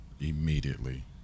immediately